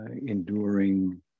enduring